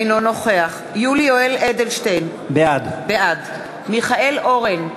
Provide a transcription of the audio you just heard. אינו נוכח יולי יואל אדלשטיין, בעד מיכאל אורן,